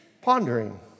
Pondering